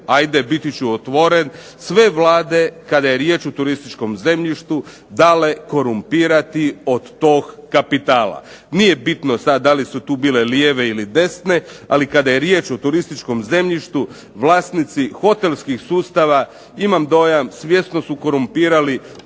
ajde biti ću otvoren sve vlade, kada je riječ o turističkom zemljištu dale korumpirati od tog kapitala. Nije bitno sad da li su tu bile lijeve ili desne, ali kada je riječ o turističkom zemljištu vlasnici hotelskih sustava imam dojam svjesno su korumpirali